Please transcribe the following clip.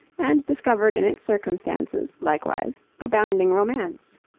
and discovered in its circumstances, likewise, abounding romance.